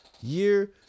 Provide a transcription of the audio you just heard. year